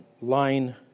line